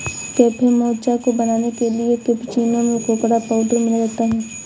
cafe mocha को बनाने के लिए कैप्युचीनो में कोकोडा पाउडर मिलाया जाता है